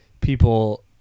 people